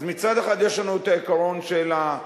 אז מצד אחד יש לנו את העיקרון של הייצוגיות,